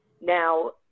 Now